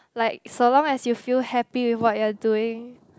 like as long as you feel happy with what are you doing